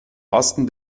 osten